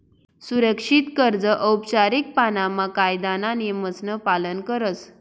सुरक्षित कर्ज औपचारीक पाणामा कायदाना नियमसन पालन करस